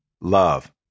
Love